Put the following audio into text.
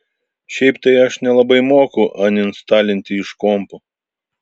šiaip tai aš nelabai moku aninstalinti iš kompo